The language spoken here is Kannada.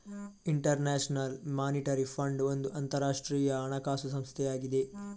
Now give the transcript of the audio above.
ಇಂಟರ್ ನ್ಯಾಷನಲ್ ಮಾನಿಟರಿ ಫಂಡ್ ಒಂದು ಅಂತರಾಷ್ಟ್ರೀಯ ಹಣಕಾಸು ಸಂಸ್ಥೆಯಾಗಿದೆ